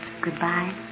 goodbye